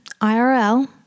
IRL